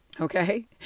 Okay